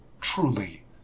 truly